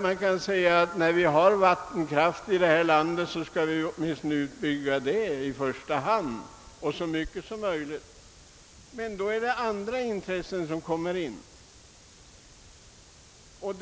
Man kan naturligtvis hävda att vattenkraften i första hand bör byggas ut så mycket som möjligt, när vi nu har den i landet, men här kommer andra intressen in. Jag